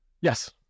Yes